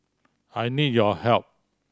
I need your help